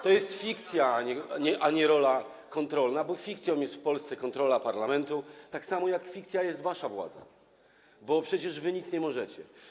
To jest fikcja, a nie rola kontrolna, [[Poruszenie na sali]] bo fikcją jest w Polsce kontrola parlamentu, tak samo jak fikcją jest wasza władza, bo przecież wy nic nie możecie.